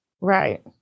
Right